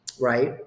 right